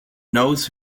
knows